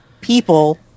people